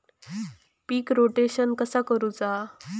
पीक rotation कसा करूचा?